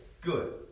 good